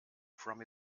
from